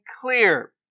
clear